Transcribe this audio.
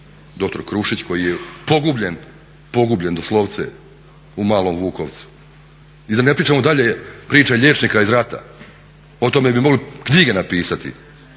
dr. Krušić koji je pogubljen, pogubljen doslovce u Malom Vukovcu i da ne pričamo dalje priče liječnika iz rata. O tome bi mogli knjige napisati